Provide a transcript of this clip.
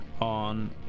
on